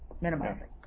minimizing